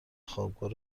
خوابگاه